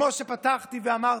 כמו שפתחתי ואמרתי,